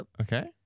Okay